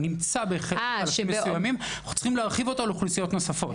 הוא נמצא בחלקים מסוימים ואנחנו צריכים להרחיב אותו לאוכלוסיות נוספות,